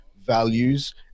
values